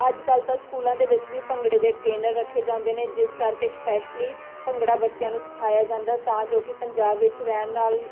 ਅੱਜ ਕੱਲ ਤਾਂ ਸਕੂਲਾਂ ਦੇ ਵਿੱਚ ਵੀ ਭੰਗੜੇ ਦੇ ਟਰੇਨਰ ਰੱਖੇ ਜਾਂਦੇ ਨੇ ਜਿਸ ਕਰਕੇ ਸਪੈਸ਼ਲੀ ਭੰਗੜਾ ਬੱਚਿਆਂ ਨੂੰ ਸਿਖਾਇਆ ਜਾਂਦਾ ਤਾਂ ਜੋ ਕਿ ਪੰਜਾਬ ਵਿੱਚ ਰਹਿਣ ਨਾਲ